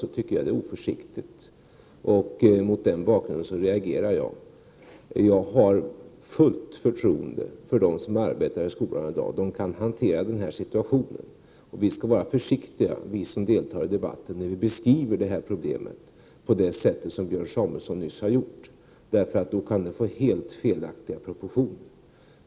Mot den bakgrunden reagerar jag. Jag har fullt förtroende för dem som arbetar i skolan i dag. De kan hantera situationen. Vi som deltar i debatten skall vara försiktiga när vi beskriver problemet — detta sagt med tanke på den beskrivning som Björn Samuelson nyss har gett. Annars kan debatten få helt felaktiga proportioner.